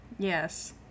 Yes